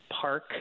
Park